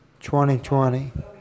2020